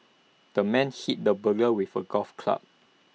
the man hit the burglar with A golf club